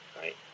right